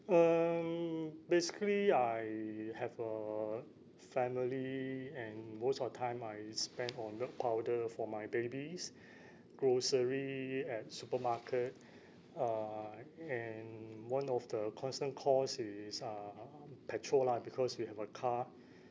um basically I have a family and most of the time I spend on milk powder for my babies grocery at supermarket uh and one of the constant cost is um petrol lah because we have a car